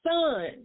son